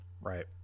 right